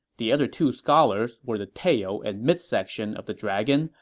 the other two scholars were the tail and midsection of the dragon,